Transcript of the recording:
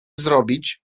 zrobić